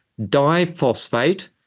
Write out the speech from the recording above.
diphosphate